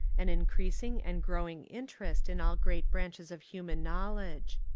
an increasing and growing interest in all great branches of human knowledge.